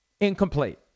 Incomplete